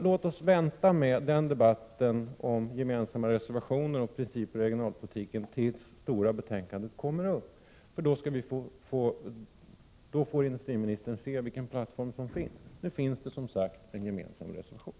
Låt oss därför vänta med debatten om gemensamma reservationer beträffande principerna för regionalpolitiken till dess utskottets stora betänkande kommer upp till behandling. Då får industriministern se vilken plattform vi har för vår politik. Men, som sagt, det finns nu en gemensam reservation.